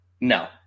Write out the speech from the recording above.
No